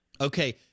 Okay